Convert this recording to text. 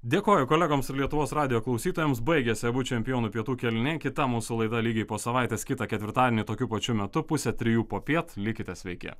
dėkoju kolegoms ir lietuvos radijo klausytojams baigiasi abu čempionų pietų kėliniai kita mūsų laida lygiai po savaitės kitą ketvirtadienį tokiu pačiu metu pusę trijų popiet likite sveiki